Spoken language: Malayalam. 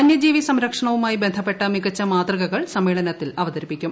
വന്യജീവി സംരക്ഷണവുമായി ബന്ധ്പ്പെട്ട മികച്ച മാതൃകകൾ സമ്മേളനത്തിൽ അവതരിപ്പിക്കും